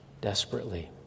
desperately